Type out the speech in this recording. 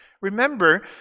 Remember